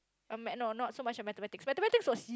um ma~ no not so much of mathematics mathematics was